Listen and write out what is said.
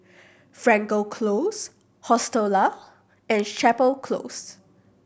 Frankel Close Hostel Lah and Chapel Close